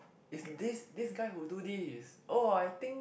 it's this this guy who do this oh I think